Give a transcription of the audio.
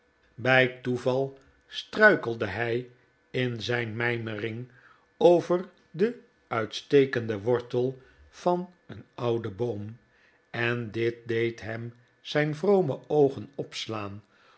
bij toeval struikelde hij in zijn mijmering over den uitstekenden wortel van een ouden boom en dit deedjaem zijn vrome oogen opslaan